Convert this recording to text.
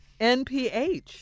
NPH